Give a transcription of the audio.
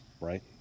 right